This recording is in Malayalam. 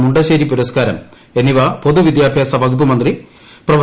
മുണ്ടശ്ശേരി പുരസ്കാരം എന്നിവ ചടങ്ങിൽ പൊതുവിദ്യാഭ്യാസ വകുപ്പ് മന്ത്രി പ്രൊഫ